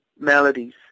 melodies